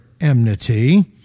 enmity